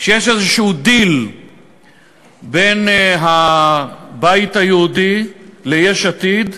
שיש איזשהו דיל בין הבית היהודי ליש עתיד,